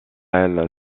elle